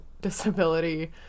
disability